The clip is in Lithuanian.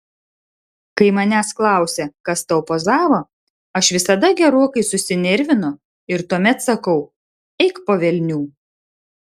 kai manęs klausia kas tau pozavo aš visada gerokai susinervinu ir tuomet sakau eik po velnių